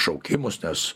šaukimus nes